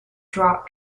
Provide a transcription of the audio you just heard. drought